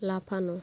লাফানো